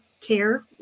care